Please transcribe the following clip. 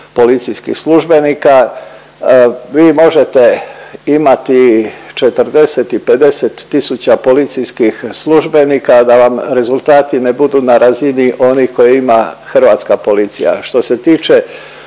policijskih službenika. Vi možete imati 40 i 50 tisuća policijskih službenika da vam rezultati ne budu na razini onih koje ima hrvatska policija. Što se tiče